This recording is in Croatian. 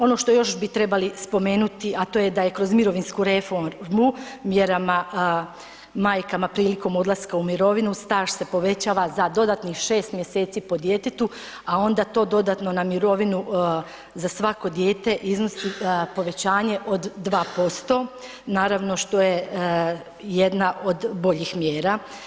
Ono što još bi trebali spomenuti, a to je da je kroz mirovinsku reformu mjerama majkama prilikom odlaska u mirovinu staž se povećava za dodatnih 6 mjeseci po djetetu, a onda to dodatno na mirovinu za svako dijete iznosi povećanje od 2%, naravno što je jedna od boljih mjera.